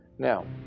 Now